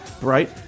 Right